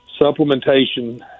supplementation